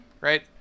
right